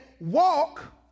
walk